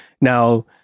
Now